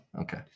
Okay